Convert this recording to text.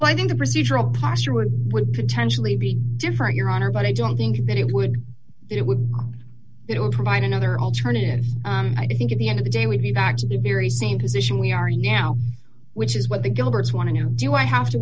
well i think a procedural posture would would potentially be different your honor but i don't think that it would it would it would provide another alternative i think at the end of the day we'd be back to the very same position we are now which is what the gilberts want to do i have to